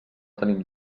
tenim